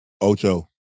Ocho